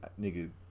nigga